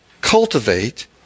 cultivate